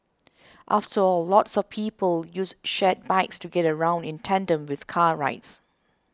after all lots of people use shared bikes to get around in tandem with car rides